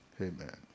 Amen